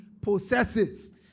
possesses